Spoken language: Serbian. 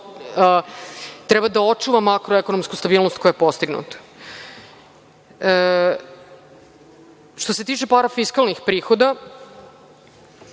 treba da očuva makroekonomsku stabilnost koja je postignuta. Što se tiče parafiskalnih prihoda,